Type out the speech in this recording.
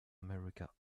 america